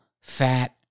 fat